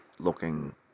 looking